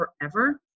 forever